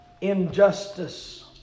injustice